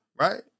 Right